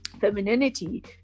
femininity